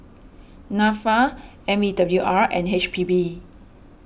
Nafa M E W R and H P B